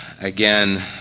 again